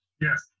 yes